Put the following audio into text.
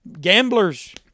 gamblers